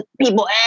people